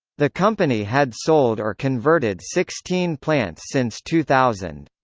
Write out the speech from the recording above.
the company had sold or converted sixteen plants since two thousand.